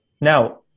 Now